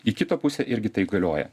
į kitą pusę irgi tai galioja